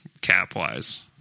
cap-wise